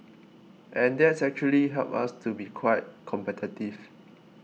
and that's actually helped us to be quite competitive